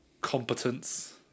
competence